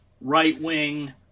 right-wing